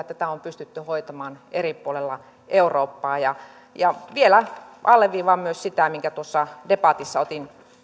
tätä on pystytty hoitamaan eri puolilla eurooppaa vielä alleviivaan myös sitä minkä tuossa debatissa otin